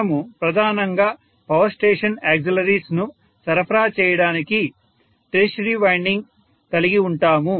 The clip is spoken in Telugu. మనము ప్రధానంగా పవర్ స్టేషన్ ఆక్సిలరీస్ ను సరఫరా చేయడానికి టెర్షియరీ వైండింగ్ కలిగి ఉంటాము